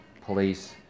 police